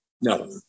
No